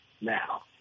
now